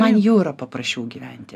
man jau yra paprasčiau gyventi